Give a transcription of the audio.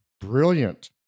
Brilliant